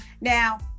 Now